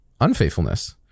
unfaithfulness